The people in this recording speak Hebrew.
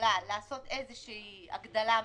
בממשלה לעשות איזושהי הגדלה מסוימת,